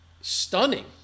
stunning